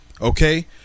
Okay